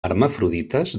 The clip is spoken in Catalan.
hermafrodites